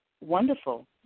wonderful